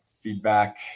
feedback